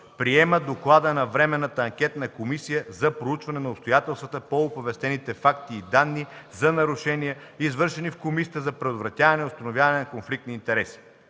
Приема Доклада на Временната анкетна комисия за проучване на обстоятелствата по оповестените факти и данни за нарушения, извършени в Комисията за предотвратяване и установяване на конфликт на интереси.